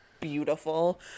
beautiful